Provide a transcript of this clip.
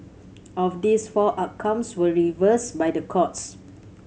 of these four outcomes were reversed by the courts